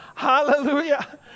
Hallelujah